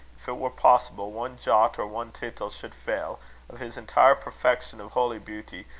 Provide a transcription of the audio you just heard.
if it were possible, one jot or one tittle should fail of his entire perfection of holy beauty,